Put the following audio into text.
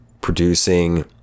producing